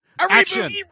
Action